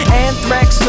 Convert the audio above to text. anthrax